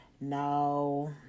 No